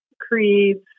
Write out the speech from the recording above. creeds